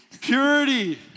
Purity